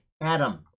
Adam